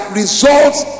results